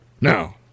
Now